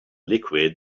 liquid